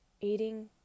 eating